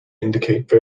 indicate